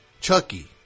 Chucky